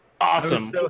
Awesome